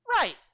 Right